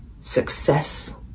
success